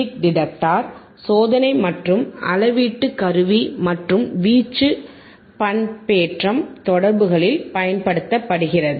peak detector சோதனை மற்றும் அளவீட்டு கருவி மற்றும் வீச்சு பண்பேற்றம் தொடர்புகளில் பயன்படுத்தப்படுகிறது